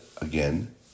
again